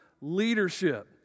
leadership